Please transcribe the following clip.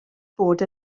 bod